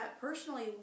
personally